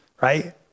Right